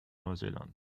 neuseeland